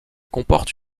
comporte